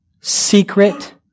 secret